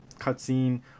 cutscene